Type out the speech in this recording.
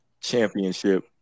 championship